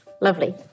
Lovely